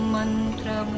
Mantra